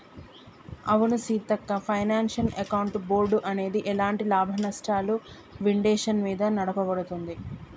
అవును Seethakka financial account board అనేది ఎలాంటి లాభనష్టాలు విండేషన్ మీద నడపబడుతుంది